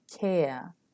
care